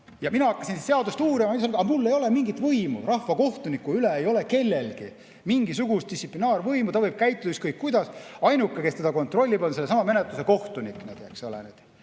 Ja mina hakkasin siis seadust uurima, aga mul ei ole mingit võimu, rahvakohtuniku üle ei ole kellelgi mingisugust distsiplinaarvõimu. Ta võib käituda ükskõik kuidas. Ainuke, kes teda kontrollib, on sellesama menetluse kohtunik. Tegelikult